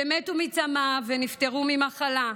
שמתו מצמא ונפטרו ממחלה,